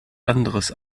anderes